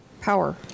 power